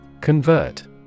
Convert